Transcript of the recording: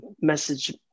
message